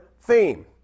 theme